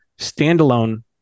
standalone